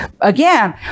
Again